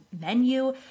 menu